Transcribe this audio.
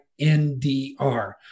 NDR